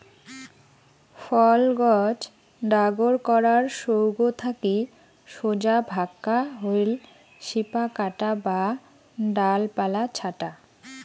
ফল গছ ডাগর করার সৌগ থাকি সোজা ভাক্কা হইল শিপা কাটা বা ডালপালা ছাঁটা